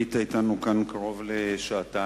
היית אתנו כאן קרוב לשעתיים.